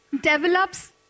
develops